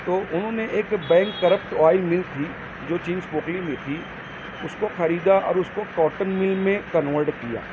تو انہوں نے ایک بنکرپٹ آئل مل تھی جو چنچپوکلی میں تھی اس کو خریدا اور اس کو کاٹن میل میں کنورٹ کیا